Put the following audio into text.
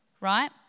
right